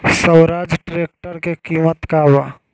Swaraj tractor के किमत का बा?